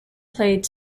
played